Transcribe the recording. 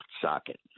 socket